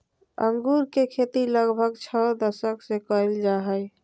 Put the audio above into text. अंगूर के खेती लगभग छो दशक से कइल जा हइ